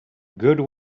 good